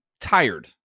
tired